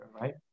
right